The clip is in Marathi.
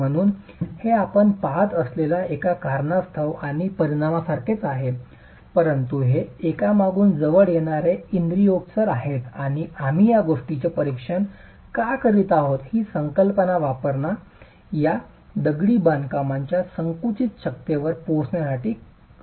म्हणूनच हे आपण पहात असलेल्या एका कारणास्तव आणि परिणामासारखेच आहे परंतु हे एकामागून जवळ येणारे इंद्रियगोचर आहेत आणि आम्ही या गोष्टीचे परीक्षण का करीत आहोत ही संकल्पना वापरणा या दगडी बांधकामांच्या संकुचित शक्तीवर पोहोचण्यासाठी बंद फॉर्म उपाय आहे